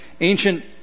Ancient